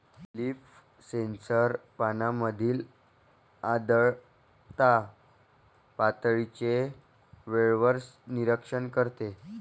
leaf sensor पानांमधील आर्द्रता पातळीचे वेळेवर निरीक्षण करते